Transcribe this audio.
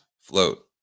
float